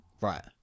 Right